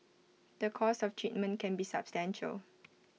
the cost of treatment can be substantial